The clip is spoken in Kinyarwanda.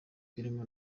birimo